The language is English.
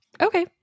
Okay